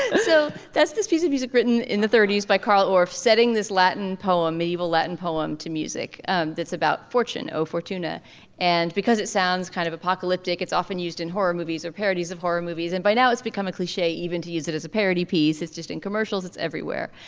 so does this piece of music written in the thirties by carl or offsetting this latin poem medieval latin poem to music. and it's about fortune o fortuna and because it sounds kind of apocalyptic it's often used in horror movies or parodies of horror movies and by now it's become a cliche even to use it as a parody piece. it's just in commercials it's everywhere.